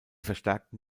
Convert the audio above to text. verstärkten